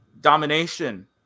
domination